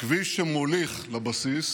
שמוליך לבסיס,